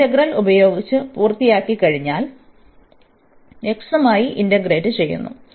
ഈ ഇന്റഗ്രൽ ഉപയോഗിച്ച് പൂർത്തിയാക്കിക്കഴിഞ്ഞാൽ x മായി ഇന്റഗ്രേറ്റ് ചെയ്യുന്നു